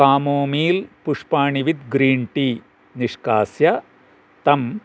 कामो मील् पुष्पाणि with green tea निष्कास्य तं